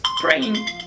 praying